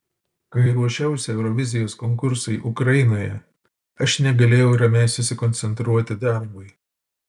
kai ruošiausi eurovizijos konkursui ukrainoje aš negalėjau ramiai susikoncentruoti darbui